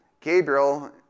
Gabriel